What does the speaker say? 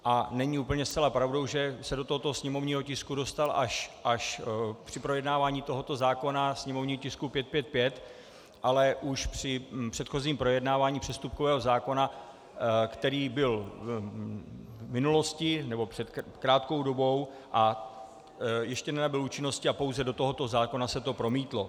A není úplně zcela pravdou, že se do tohoto sněmovního tisku dostal až při projednávání tohoto zákona, sněmovního tisku 555, ale už při předchozím projednávání přestupkového zákona, který byl v minulosti, nebo před krátkou dobou a ještě nenabyl účinnosti, a pouze do tohoto zákona se to promítlo.